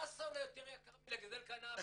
חסה עולה יותר יקר מלגדל קנאביס.